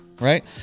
right